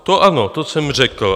To ano, to jsem řekl.